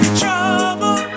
trouble